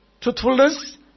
truthfulness